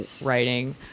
writing